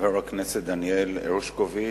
חבר הכנסת פרופסור דניאל הרשקוביץ,